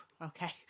okay